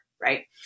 right